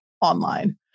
online